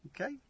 Okay